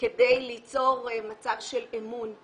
כדי ליצור מצב של אמון.